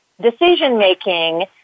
decision-making